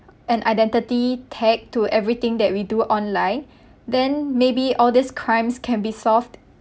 an identity tagged to everything that we do online then maybe all these crimes can be solved